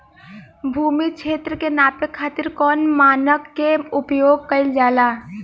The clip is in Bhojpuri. भूमि क्षेत्र के नापे खातिर कौन मानक के उपयोग कइल जाला?